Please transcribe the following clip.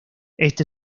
este